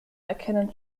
erkennen